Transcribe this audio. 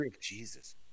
Jesus